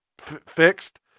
fixed